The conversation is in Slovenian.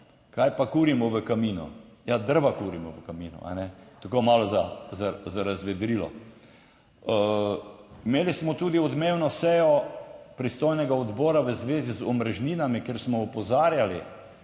kaj pa kurimo v kaminu, ja, drva kurimo v kaminu. Tako malo za razvedrilo. Imeli smo tudi odmevno sejo pristojnega odbora v zvezi z omrežninami, ker smo opozarjali,